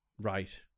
Right